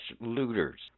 looters